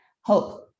Hope